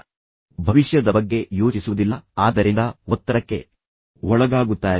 ಅವರು ಭವಿಷ್ಯದ ಬಗ್ಗೆ ಯೋಚಿಸುವುದಿಲ್ಲ ಆದ್ದರಿಂದ ಅವರು ತುಂಬಾ ಆತಂಕ ಮತ್ತು ಒತ್ತಡಕ್ಕೆ ಒಳಗಾಗುತ್ತಾರೆ